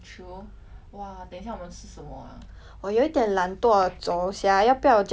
我有一点懒惰走 sia 要不要 just like 我们叫 Foodpanda 还是 Grab